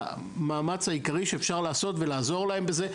המאמץ העיקרי שאפשר לעשות ולעזור להם בזה.